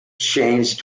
changed